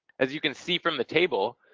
as you can see from the table,